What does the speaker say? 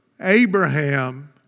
Abraham